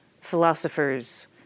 philosophers